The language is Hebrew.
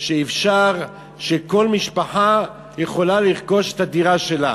שכל משפחה יכולה לרכוש את הדירה שלה.